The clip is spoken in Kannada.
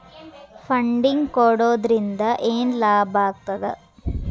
ಫಂಡಿಂಗ್ ಕೊಡೊದ್ರಿಂದಾ ಏನ್ ಲಾಭಾಗ್ತದ?